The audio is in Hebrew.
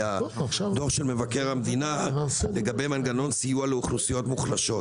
כי הדוח של מבקר המדינה לגבי מנגנון סיוע לאוכלוסיות מוחלשות,